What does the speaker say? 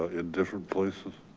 ah in different places?